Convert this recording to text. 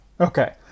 Okay